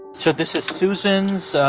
so this is susan's so